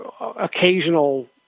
occasional